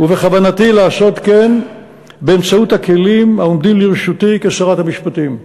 ובכוונתי לעשות כן באמצעות הכלים העומדים לרשותי כשרת המשפטים.